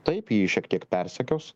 taip jį šiek tiek persekios